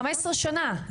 15 שנה,